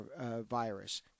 virus